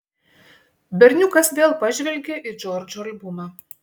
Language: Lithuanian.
berniukas vėl pažvelgė į džordžo albumą